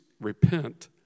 repent